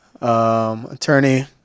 attorney